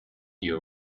your